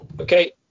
Okay